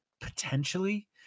potentially